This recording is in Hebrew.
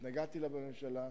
התנגדתי לה בממשלה.